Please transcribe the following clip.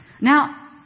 now